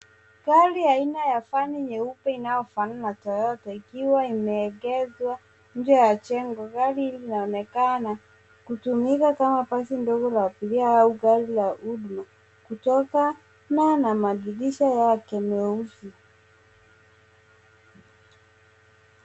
Gari aina ya van nyeupe inayofanana na Toyota ikiwa imeegezwa nje ya jengo. Gari hili linaonekana kutumika kama basi dogo la abiria au gari la Uber kutokana na madirisha yake meusi.